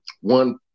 one